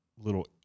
little